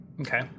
okay